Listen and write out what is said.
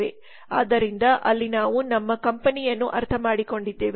ಆದ್ದರಿಂದ ಅಲ್ಲಿ ನಾವು ನಮ್ಮ ಕಂಪನಿಯನ್ನು ಅರ್ಥಮಾಡಿಕೊಂಡಿದ್ದೇವೆ